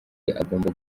agomba